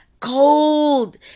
Cold